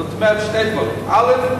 זאת אומרת, שני דברים: א.